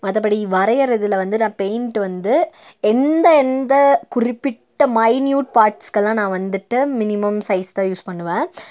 மற்றபடி வரையறதில் வந்து நான் பெயிண்ட் வந்து எந்தெந்த குறிப்பிட்ட மைநியூட் பார்ட்ஸுகெல்லாம் நான் வந்துட்டு மினிமம் சைஸ் தான் யூஸ் பண்ணுவேன்